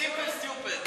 simple stupid.